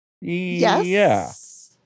Yes